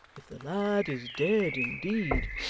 if the lad is dead indeed,